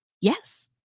Yes